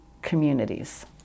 communities